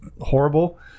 horrible